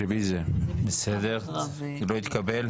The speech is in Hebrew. לא התקבל.